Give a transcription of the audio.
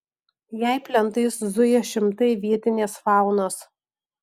jei plentais zuja šimtai vietinės faunos